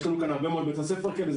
יש לנו הרבה מאוד בתי ספר כאלה,